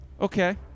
Okay